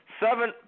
Seven